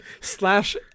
slash